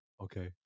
Okay